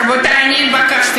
רבותי, אני התבקשתי